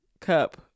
cup